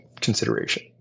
consideration